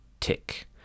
Tick